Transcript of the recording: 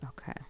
Okay